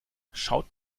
schaut